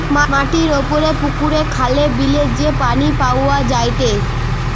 মাটির উপরে পুকুরে, খালে, বিলে যে পানি পাওয়া যায়টে